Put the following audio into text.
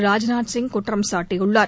ராஜ்நாத் சிங் குற்றம் சாட்டியுள்ளார்